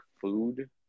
food